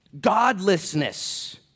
Godlessness